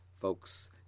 folks